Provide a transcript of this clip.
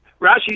Rashi